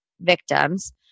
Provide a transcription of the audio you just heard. victims